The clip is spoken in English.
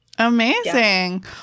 Amazing